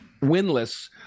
winless